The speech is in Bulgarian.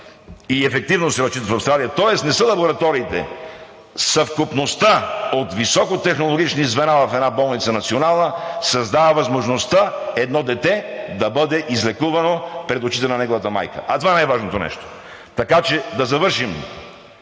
и ефективно се разчитат в Австралия. Тоест не са лабораториите съвкупността от високотехнологични звена в една национална болница. Една национална болница създава възможността едно дете да бъде излекувано пред очите на неговата майка, а това е най-важното нещо! Така че да завършим